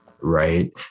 Right